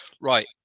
Right